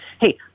Hey